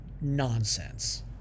nonsense